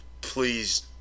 please